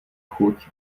chuť